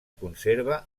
conserva